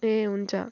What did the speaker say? ए हुन्छ